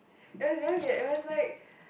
it was very weird it was like